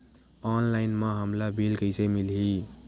Online म हमला bill कइसे मिलही?